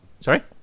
sorry